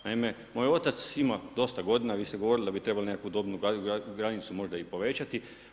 Naime, moj otac ima dosta godina, vi ste govorili da bi trebali nekakvu dobnu granicu možda i povećati.